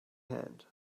hand